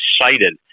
excited